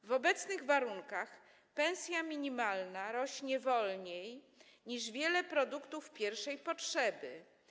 W obecnych warunkach pensja minimalna rośnie wolniej niż wiele produktów pierwszej potrzeby.